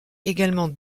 également